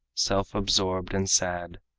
self-absorbed and sad.